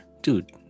Dude